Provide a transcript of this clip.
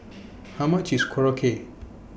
How much IS Korokke